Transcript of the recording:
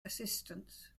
assistance